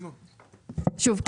שוב,